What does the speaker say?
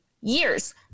years